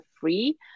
free